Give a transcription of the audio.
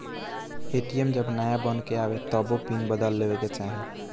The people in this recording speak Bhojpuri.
ए.टी.एम जब नाया बन के आवे तबो पिन बदल लेवे के चाही